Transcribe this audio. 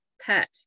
pet